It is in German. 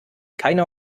keiner